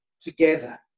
together